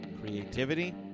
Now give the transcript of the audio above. creativity